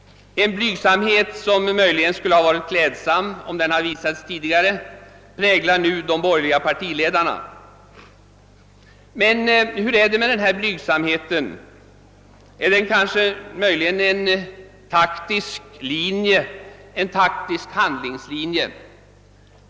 En blygsamhet, som möjligen skulle ha varit klädsam om den hade visats tidigare, präglar nu de borgerliga partiledarna. Men hur är det med denna blygsamhet? Är den kanske ett led i en taktisk handlingslinje?